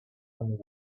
and